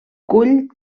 cull